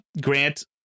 Grant